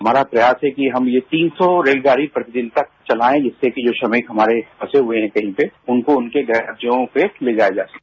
हमारा प्रयास है कि हम ये तीन सौ रेलगाड़ी प्रतिदिन तक चलाएं जिससे कि जो श्रमिक हमारे फंसे हुए हैं कहीं पर उनको उनके गृह राज्यों तक ले जाया जा सके